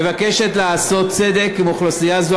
מבקשת לעשות צדק עם אוכלוסייה זו,